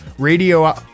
Radio